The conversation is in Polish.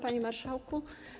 Panie Marszałku!